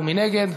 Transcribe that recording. ומי נגד?